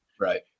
Right